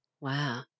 Wow